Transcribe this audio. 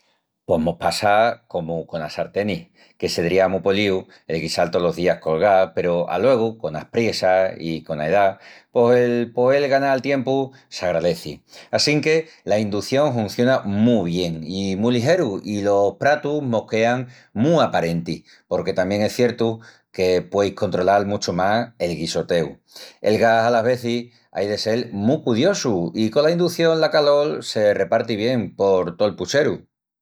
Pos mos passa comu conas sartenis, que sedría mu políu el guisal tolos días col gas peru aluegu conas priessas i cona edá, pos el poel ganal tiempu s'agraleci. Assinque la indución hunciona mu bien i mu ligeru i los pratus mos quean mu aparentis porque tamién es ciertu que pueis controlal muchu más el guisoteu. El gas alas vezis ai de sel mu cudiosus i cola inducción la calol se reparti bien por tol pucheru.